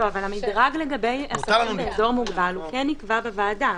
המדרג לגבי עסקים כאזור מוגבל כן נקבע בוועדה,